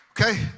Okay